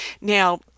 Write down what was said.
Now